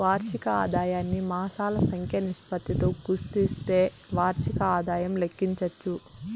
వార్షిక ఆదాయాన్ని మాసాల సంఖ్య నిష్పత్తితో గుస్తిస్తే వార్షిక ఆదాయం లెక్కించచ్చు